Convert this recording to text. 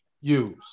use